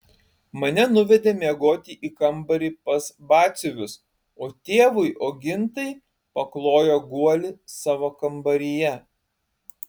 mane nuvedė miegoti į kambarį pas batsiuvius o tėvui ogintai paklojo guolį savo kambaryje